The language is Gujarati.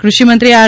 કૃષિ મંત્રી આર